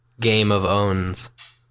gameofowns